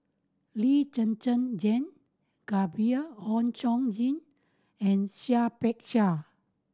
Lee Zhen Zhen Jane Gabriel Oon Chong Jin and Seah Peck Seah